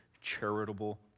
charitable